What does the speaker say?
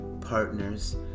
partners